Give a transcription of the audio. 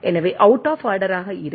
எனவே out of ஆர்டராக இருக்கும்